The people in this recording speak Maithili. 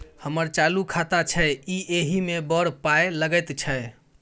हमर चालू खाता छै इ एहि मे बड़ पाय लगैत छै